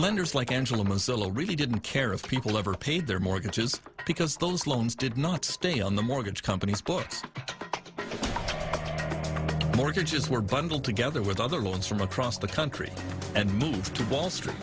lenders like angelo mozilo really didn't care if people ever paid their mortgages because those loans did not stay on the mortgage companies books mortgages were bundled together with other loans from across the country and moved to b